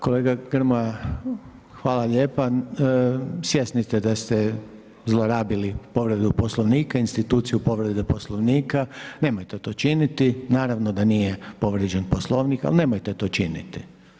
Kolega Grmoja, hvala lijepa, svjesni ste da ste zlorabili povredu Poslovnika, instituciju povrede Poslovnika, nemojte to činiti, naravno da nije povrijeđen Poslovnik, ali nemojte to činiti.